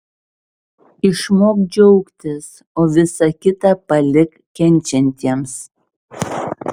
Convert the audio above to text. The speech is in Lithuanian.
išmok džiaugtis o visa kita palik kenčiantiems